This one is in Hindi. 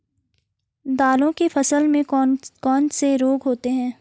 दालों की फसल में कौन कौन से रोग होते हैं?